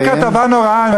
הייתה כתבה נוראית,